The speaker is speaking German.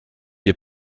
ihr